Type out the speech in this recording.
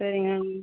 சரிங்க மேம்